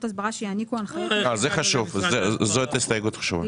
הסברה שיעניקו הנחיות -- זאת הסתייגות חשובה.